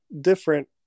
different